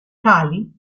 cali